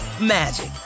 magic